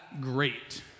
great